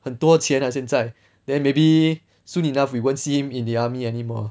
很多钱啊现在 then maybe soon enough we won't see him in the army anymore